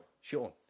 Sean